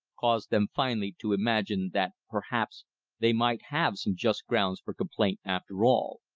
caused them finally to imagine that perhaps they might have some just grounds for complaint after all.